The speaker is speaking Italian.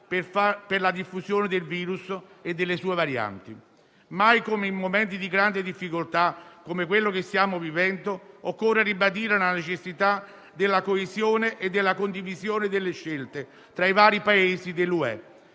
per la diffusione del virus e delle sue varianti. Mai come in momenti di grande difficoltà come quello che stiamo vivendo, occorre ribadire la necessità della coesione e della condivisione delle scelte tra i vari Paesi dell'Unione